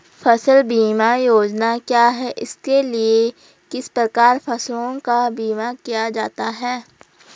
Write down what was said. फ़सल बीमा योजना क्या है इसके लिए किस प्रकार फसलों का बीमा किया जाता है?